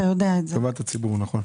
לטובת הציבור, נכון.